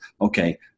okay